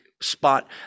spot